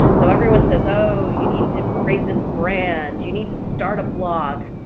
so everyone says oh you need to create this brand, you need to start a blog,